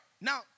Now